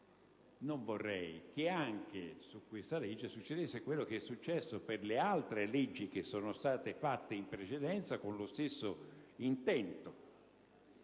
non vorrei che anche per questa legge succedesse quel che è successo per le altre leggi fatte in precedenza con lo stesso intento.